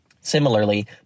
Similarly